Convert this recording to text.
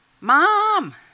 Mom